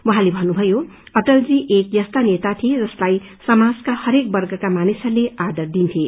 उहाँले भन्नुभयो अटलजी एक यस्ता नेता थिए जसलाई समाजका हरेक वर्गका मानिसहरूले आदर दिन्थे